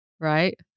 right